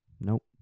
Nope